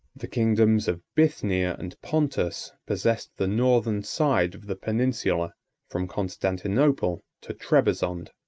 the kingdoms of bithynia and pontus possessed the northern side of the peninsula from constantinople to trebizond.